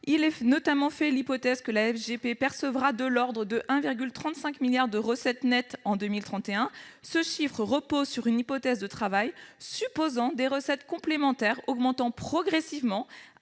Il est notamment fait l'hypothèse que la SGP percevra de l'ordre de 1,35 milliard d'euros de recettes nettes en 2031. Ce chiffre repose sur une hypothèse de travail supposant des recettes complémentaires augmentant progressivement